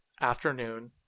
afternoon